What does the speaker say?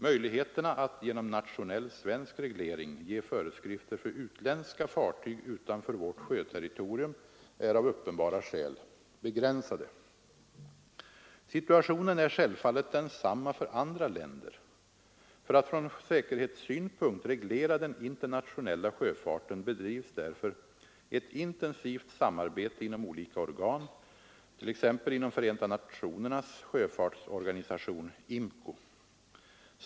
Möjligheterna att genom nationell svensk reglering ge föreskrifter för utländska fartyg utanför vårt sjöterritorium är av uppenbara skäl begränsade. Situationen är självfallet densamma för andra länder. För att från säkerhetssynpunkt reglera den internationella sjöfarten bedrivs därför ett intensivt samarbete inom olika organ, t.ex. inom FN:s sjöfartsorganisation IMCO.